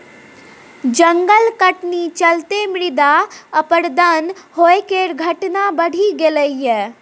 जंगल कटनी चलते मृदा अपरदन होइ केर घटना बढ़ि गेलइ यै